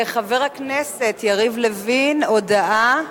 חבר הכנסת יריב לוין, הודעה,